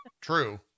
true